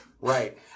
Right